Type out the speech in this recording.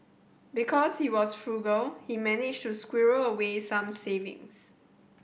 because he was frugal he managed to squirrel away some savings